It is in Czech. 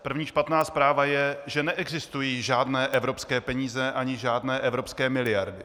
První špatná zpráva je, že neexistují žádné evropské peníze ani žádné evropské miliardy.